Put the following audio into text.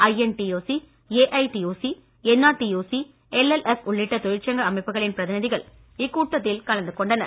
INTUC NRTUC LLF உள்ளிட்ட தொழிற்சங்க அமைப்புகளின் பிரதிநிதிகள் இக்கூட்டத்தில் கலந்து கொண்டனர்